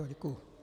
Děkuju.